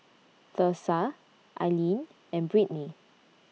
Thursa Ilene and Britni